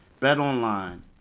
BetOnline